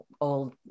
old